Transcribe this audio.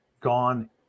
gone